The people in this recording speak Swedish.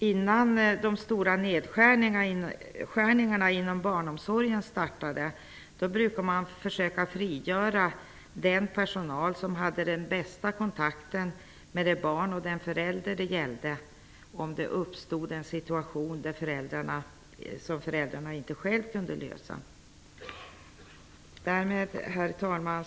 Innan de stora nedskärningarna inom barnomsorgen startade, brukade man försöka att frigöra den personal som hade den bästa kontakten med det barn och de föräldrar det gällde när det uppstod en för föräldrarna svårlöst situation. Herr talman!